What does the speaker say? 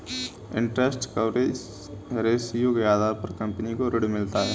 interest coverage ratio के आधार पर कंपनी को ऋण मिलता है